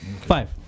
Five